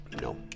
No